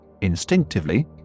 instinctively